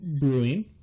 Brewing